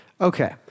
Okay